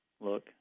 look